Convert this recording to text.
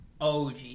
og